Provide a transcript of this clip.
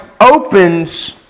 opens